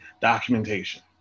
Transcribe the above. documentation